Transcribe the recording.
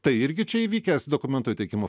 tai irgi čia įvykęs dokumento teikimo